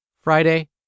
Friday